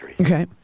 Okay